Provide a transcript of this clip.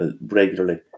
regularly